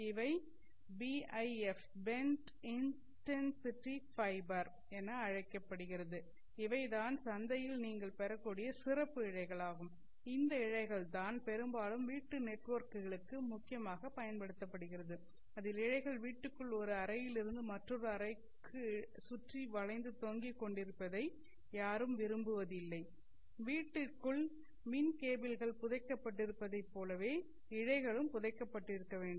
இவை BIF bend intensity fiber என அழைக்கப்படுகிறது இந்த இழைகள் தான் பெரும்பாலும் வீட்டு நெட்வொர்க்குகளுக்கு முக்கியமாகப் பயன்படுத்தப்படுகிறது அதில் இழைகள் வீட்டுக்குள் ஒரு அறையிலிருந்து மற்றொரு அறைக்கு சுற்றி வளைந்துதொங்கிக் கொண்டிருப்பதை யாரும் விரும்புவதில்லை வீட்டிற்குள் மின் கேபிள்கள் புதைக்கப்பட்டிருப்பதைப் போலவே இழைகளும் புதைக்கப்பட வேண்டும்